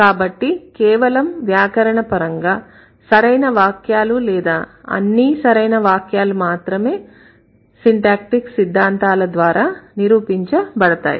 కాబట్టి కేవలం వ్యాకరణపరంగా సరైన వాక్యాలు లేదా అన్నీ సరైన వాక్యాలు మాత్రమే సిన్టాక్టీక్ సిద్ధాంతాల ద్వారా నిరూపించ బడతాయి